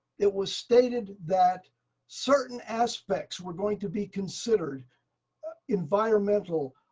it was stated that certain aspects were going to be considered environmental,